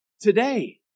today